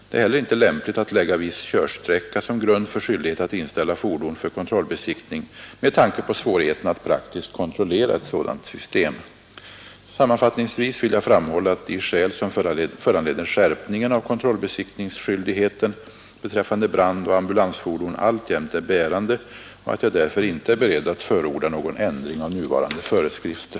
Det är heller inte lämpligt att lägga viss körsträcka som grund för skyldighet att inställa fordon för kontrollbesiktning, med tanke på svårigheterna att Praktiskt kontrollera ett sådant system. Sammanfattningsvis vill jag framhålla att de skäl som föranledde skärpningen av kontrollbesiktningsskyldigheten beträffande brandoch ambulansfordon alltjämt är bärande och att jag därför inte är beredd att förorda någon ändring av nuvarande föreskrifter.